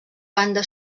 banda